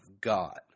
God